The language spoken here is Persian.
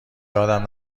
یادم